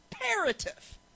imperative